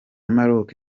maroc